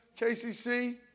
KCC